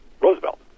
Roosevelt